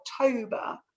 October